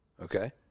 okay